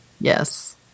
Yes